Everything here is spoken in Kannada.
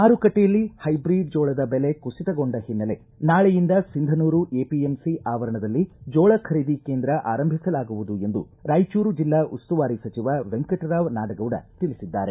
ಮಾರುಕಟ್ಟೆಯಲ್ಲಿ ಹೈಬ್ರೀಡ್ ಜೋಳದ ಬೆಲೆ ಕುಸಿತಗೊಂಡ ಹಿನ್ನೆಲೆ ನಾಳೆಯಿಂದ ಸಿಂಧನೂರು ಎಪಿಎಂಸಿ ಆವರಣದಲ್ಲಿ ಜೋಳ ಖರೀದಿ ಕೇಂದ್ರ ಆರಂಭಿಸಲಾಗಿಸಲಾಗುವುದು ಎಂದು ರಾಯಚೂರು ಜಿಲ್ಲಾ ಉಸ್ತುವಾರಿ ಸಚಿವ ವೆಂಕಟರಾವ ನಾಡಗೌಡ ತಿಳಿಸಿದ್ದಾರೆ